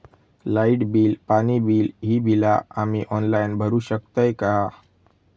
Light bill, पाणी bill, ही बिला आम्ही ऑनलाइन भरू शकतय का?